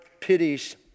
pities